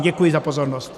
Děkuji za pozornost.